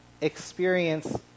experience